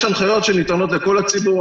יש הנחיות שניתנות לכל הציבור,